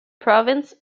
province